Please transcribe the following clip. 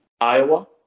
Iowa